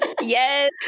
Yes